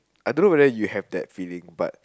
I don't know whether you have that feeling but